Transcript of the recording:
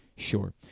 Sure